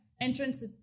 entrance